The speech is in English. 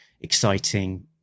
exciting